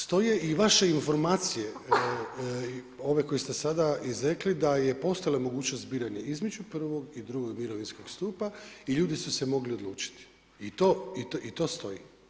Stoje i vaše informacije ove koje ste sada izrekli da je postojala mogućnost biranja između prvog i drugog mirovinskog stupa i ljudi su se mogli odlučiti i to stoji.